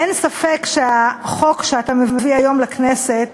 אין ספק שהחוק שאתה מביא היום לכנסת